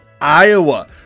Iowa